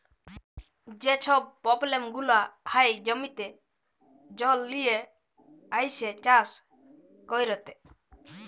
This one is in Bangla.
যে ছব পব্লেম গুলা হ্যয় জমিতে জল লিয়ে আইসে চাষ ক্যইরতে